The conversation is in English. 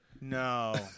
No